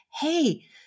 hey